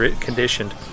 conditioned